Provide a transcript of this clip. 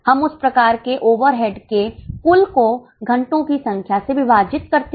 हम उस प्रकार के ओवर हेड के कुल को घंटों की संख्या से विभाजित करते हैं